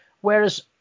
Whereas